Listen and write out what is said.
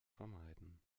vermeiden